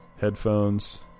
headphones